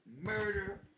murder